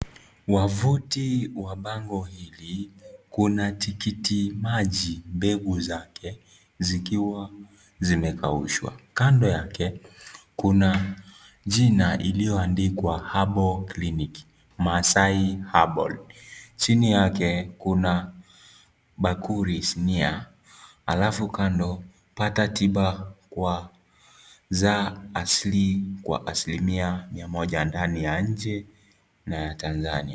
Wavuti wa bambo hili, kuna tikiti maji mbegu zake zikiwa zimekaushwa, kando yake kuna jina iliyoandikwa Herbal clinic Masai Herbal chini yake kuna bakuli, sinia, halafu kando pata tiba kwa za saa asili kwa asilimia mia moja ndani na nje ya Tanzania.